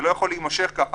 זה לא יכול להימשך ככה.